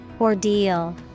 Ordeal